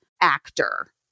actor